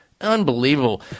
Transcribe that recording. Unbelievable